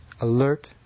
alert